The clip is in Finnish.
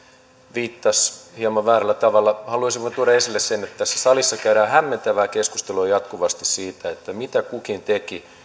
viittasi hieman väärällä tavalla haluaisin vain tuoda esille sen että tässä salissa käydään hämmentävää keskustelua jatkuvasti siitä mitä kukin teki